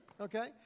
Okay